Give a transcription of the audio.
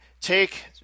Take